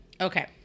okay